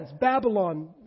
Babylon